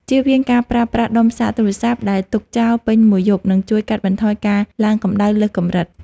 ជៀសវាងការប្រើប្រាស់ដុំសាកទូរស័ព្ទដែលទុកចោលពេញមួយយប់នឹងជួយកាត់បន្ថយការឡើងកម្តៅលើសកម្រិត។